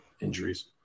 injuries